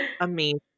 amazing